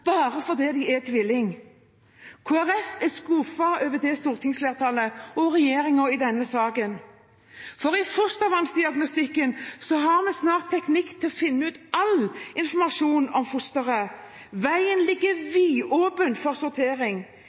bare fordi de er tvilling. Kristelig Folkeparti er skuffet over stortingsflertallet og regjeringen i denne saken. I fostervannsdiagnostikken har vi snart teknikk til å finne all informasjon om fosteret. Veien ligger vidåpen for